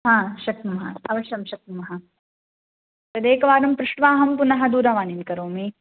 हा शक्नुमः अवश्यं शक्नुमः तदेकवारं पृष्ट्वाहं पुनः दूरवाणीं करोमि